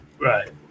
Right